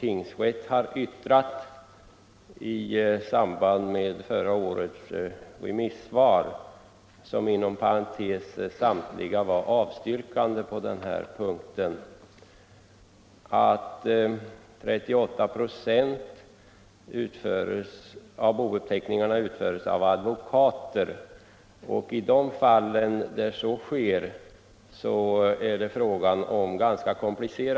Därav framgår att Stockholms tingsrätt i sitt remissyttrande — inom parentes sagt var samtliga remissyttranden avstyrkande på denna punkt — uttalade att av de under år 1973 vid tingsrätten förordnade boutredningsmännen var 38 96 advokater.